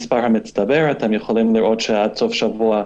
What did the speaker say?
אנחנו מתקרבים למעל 4.5 מיליון שבוצעו